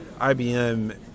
IBM